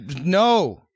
No